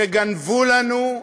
שגנבו לנו,